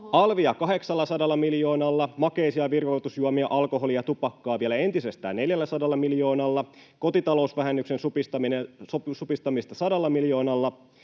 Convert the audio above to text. Alvia 800 miljoonalla, makeisia, virvoitusjuomia, alkoholia, tupakkaa vielä entisestään 400 miljoonalla, kotitalousvähennyksen supistamista 100 miljoonalla,